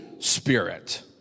Spirit